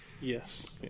Yes